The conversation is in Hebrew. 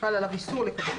חל עליו איסור לקבל.